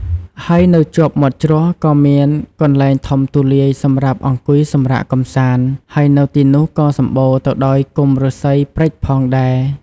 ហើយនៅជាប់មាត់ជ្រោះក៏មានកន្លែងធំទូលាយសម្រាប់អង្គុយសម្រាកកំសាន្ត ហើយនៅទីនោះក៏សម្បូរទៅដោយគុម្ពឬស្សីព្រេចផងដែរ។